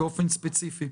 באופן ספציפי.